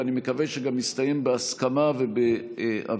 ואני מקווה שגם יסתיים בהסכמה ובהבנה.